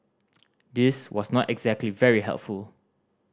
this was not exactly very helpful